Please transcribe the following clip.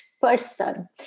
person